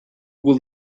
will